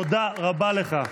תודה רבה לך.